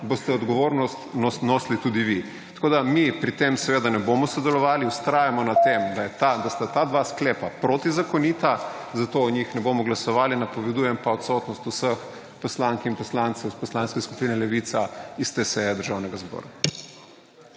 boste odgovornost nosili tudi vi. Tako da mi pri tem seveda ne bomo sodelovali, vztrajamo na tem / znak za konec razprave/, da sta ta dva sklepa protizakonita, zato o njih ne bomo glasovali, napovedujem pa odsotnost vseh poslank in poslancev iz poslanske skupine Levica iz te seje Državnega zbora.